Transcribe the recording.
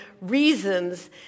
reasons